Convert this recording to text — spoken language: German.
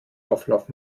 auflauf